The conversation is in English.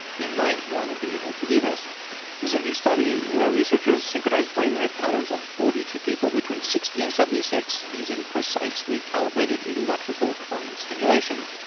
you might want to be able to do this there's a new study where researchers synchronized brainwave patterns of forty two people between sixty and seventy six using precisely calibrated electrical current stimulation.